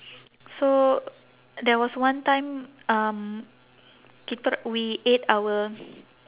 so there was one time um kita or~ we ate our